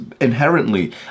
inherently